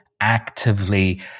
actively